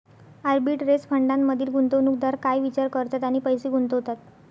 Arbitrage फंडांमधील गुंतवणूकदार काय विचार करतात आणि पैसे गुंतवतात?